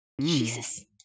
Jesus